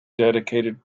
dedicated